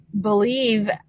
believe